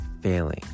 failing